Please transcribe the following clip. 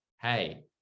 hey